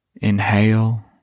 inhale